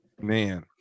Man